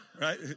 Right